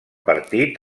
partit